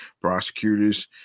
Prosecutors